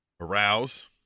arouse